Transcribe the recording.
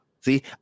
See